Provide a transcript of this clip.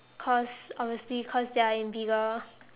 cause obviously cause they are in bigger